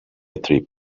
trip